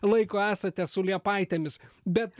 laiko esate su liepaitėmis bet